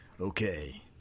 Okay